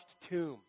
tomb